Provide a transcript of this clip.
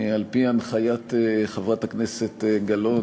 על-פי הנחיית חברת הכנסת גלאון,